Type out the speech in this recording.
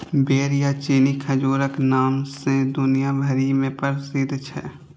बेर या चीनी खजूरक नाम सं दुनिया भरि मे प्रसिद्ध छै